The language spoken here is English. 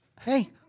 Hey